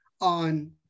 on